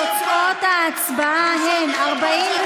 ותוצאות ההצבעה, גנץ,